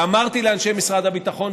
ואמרתי לאנשי משרד הביטחון,